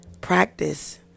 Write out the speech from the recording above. practice